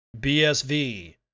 BSV